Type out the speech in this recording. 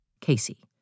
Casey